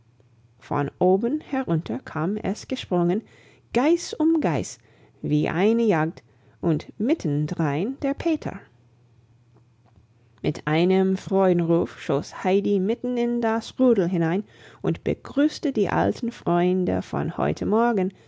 von oben herunter kam es gesprungen geiß um geiß wie eine jagd und mittendrin der peter mit einem freudenruf schoss heidi mitten in das rudel hinein und begrüßte die alten freunde von heute morgen